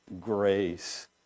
grace